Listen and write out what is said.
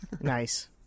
Nice